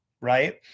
right